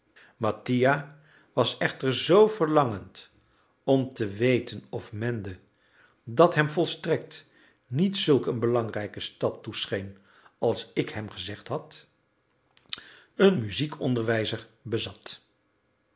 mattia was echter zoo verlangend om te weten of mende dat hem volstrekt niet zulk een belangrijke stad toescheen als ik hem gezegd had een muziekonderwijzer bezat